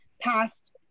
past